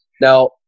Now